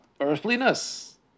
earthliness